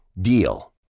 DEAL